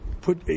put